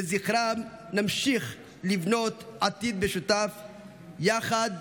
לזכרם נמשיך לבנות עתיד משותף יחד,